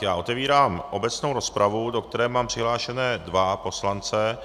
Já otevírám obecnou rozpravu, do které mám přihlášené dva poslance.